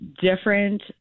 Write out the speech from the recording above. different